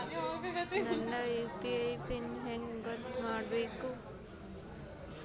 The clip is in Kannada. ನನ್ನ ಯು.ಪಿ.ಐ ಪಿನ್ ಹೆಂಗ್ ಗೊತ್ತ ಮಾಡ್ಕೋಬೇಕು?